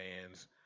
fans